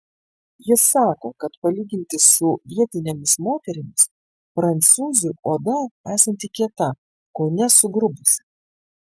jis sako kad palyginti su vietinėmis moterimis prancūzių oda esanti kieta kone sugrubusi